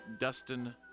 Dustin